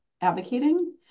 advocating